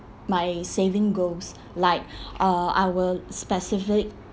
my saving goals like uh I will specific